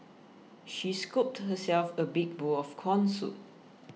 she scooped herself a big bowl of Corn Soup